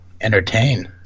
entertain